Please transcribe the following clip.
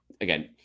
again